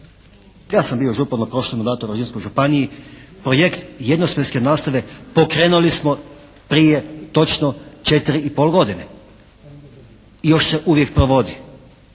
Ja sam bio župan u prošlom mandatu u Varaždinskoj županiji, projekt jednosmjenske nastave pokrenuli smo prije točno 4 i pol godine i još se uvijek provodi.